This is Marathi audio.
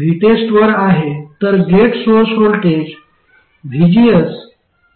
VTEST वर आहे तर gate source voltage vgs VTEST आहे